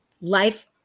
life